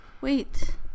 Wait